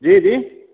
जी जी